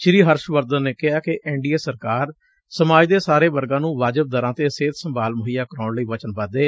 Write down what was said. ਸ੍ਰੀ ਹਰਸ਼ ਵਰਧਨ ਨੇ ਕਿਹਾ ਕਿ ਐਨ ਡੀ ਏ ਸਰਕਾਰ ਸਮਾਜ ਦੇ ਸਾਰੇ ਵਰਗਾਂ ਨੂੰ ਵਾਜਬ ਦਰਾਂ ਤੇ ਸਿਹਤ ਸੰਭਾਲ ਮੁੱਹਈਆ ਕਰਾਉਣ ਲਈ ਵਚਨਬੱਧ ਏ